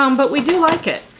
um but we do like it.